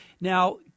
Now